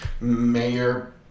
Mayor